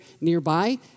nearby